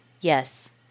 Yes